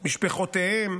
משפחותיהם.